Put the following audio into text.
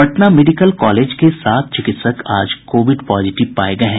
Patna medical college के सात चिकित्सक आज कोविड पॉजिटिव पाये गये हैं